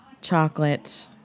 chocolate